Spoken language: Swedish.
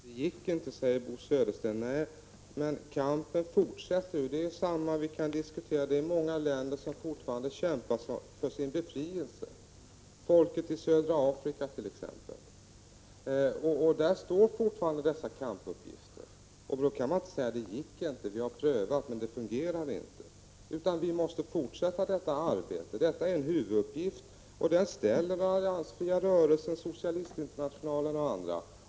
Herr talman! Det gick inte, säger Bo Södersten. Nej, men kampen fortsätter. Många länder kämpar fortfarande för sin befrielse, och det gäller t.ex. folket i södra Afrika. Där kvarstår fortfarande dessa kampuppgifter. Då kan man inte säga att vi har prövat saken men att det inte gick. Vi måste i stället fortsätta detta arbete. Detta är en huvuduppgift som ställs upp av den alliansfria rörelsen, av Socialistinternationalen och av andra.